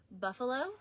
Buffalo